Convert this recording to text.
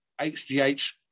HGH